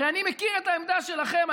הרי אני מכיר את העמדה שלכם,